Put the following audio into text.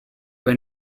were